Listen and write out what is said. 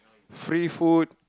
free food